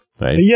right